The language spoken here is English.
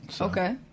Okay